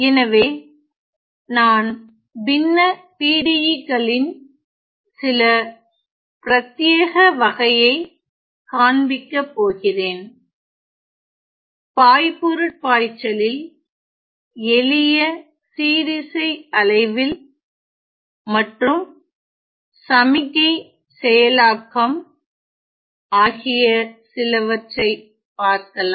எனவே நான் பின்ன PDE களின் சில பிரத்தியேக வகையை காண்பிக்க போகிறேன் பாய்பொருட்பாய்ச்சலில் எளிய சீரிசை அலைவில் மற்றும் சமிக்ஞை செயலாக்கம் ஆகிய சிலவற்றை பார்க்கலாம்